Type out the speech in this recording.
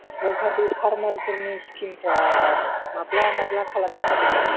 आमफ्राय सार बे फार्मारफोरनि चिकिमफ्रा माब्ला माब्ला खालामनांगोनफालाय